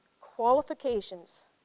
qualifications